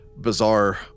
bizarre